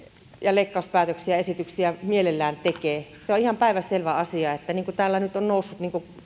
leikkauspäätöksiä ja esityksiä mielellään tekee se on ihan päivänselvä asia että niin kuin täällä nyt on noussut